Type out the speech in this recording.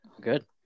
Good